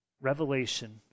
Revelation